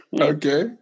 okay